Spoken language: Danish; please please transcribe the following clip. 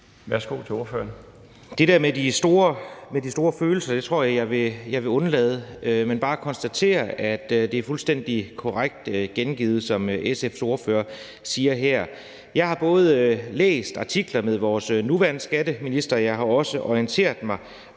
Kronborg (S): Det der med de store følelser tror jeg jeg vil undlade, men bare konstatere, at det er fuldstændig korrekt gengivet, hvad SF's ordfører siger her. Jeg har både læst artikler med vores nuværende skatteminister, og jeg har også orienteret mig